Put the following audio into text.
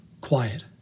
quiet